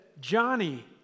Johnny